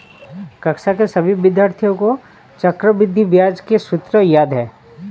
कक्षा के सभी विद्यार्थियों को चक्रवृद्धि ब्याज के सूत्र याद हैं